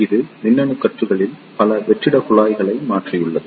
இது மின்னணு சுற்றுகளில் பல வெற்றிடக் குழாய்களை மாற்றியுள்ளது